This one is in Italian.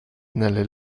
nelle